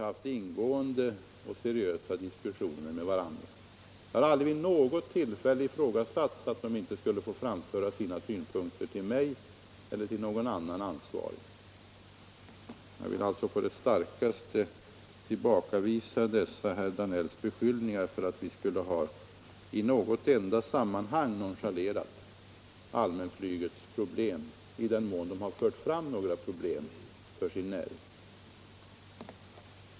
Det har aldrig vid något tillfälle ifrågasatts att de inte skulle få framföra sina synpunkter till mig eller till någon annan ansvarig. Jag vill alltså på det bestämdaste tillbakavisa herr Danells beskyllningar för att vi i något enda sammanhang skulle ha nonchalerat allmänflygets problem i den mån några sådana krav har förts fram för den näringen.